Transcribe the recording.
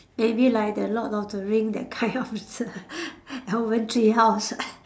maybe like the Lord of the Ring that kind of s~ elf er treehouse